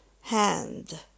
hand